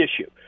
issue